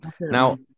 Now